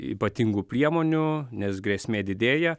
ypatingų priemonių nes grėsmė didėja